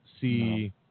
see